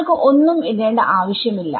നിങ്ങൾക്ക് ഒന്നും ഇടേണ്ട ആവശ്യം ഇല്ല